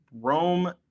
Rome